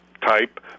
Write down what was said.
type